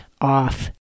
off